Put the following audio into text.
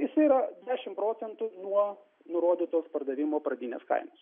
jis yra dešimt procentų nuo nurodytos pardavimo pradinės kainos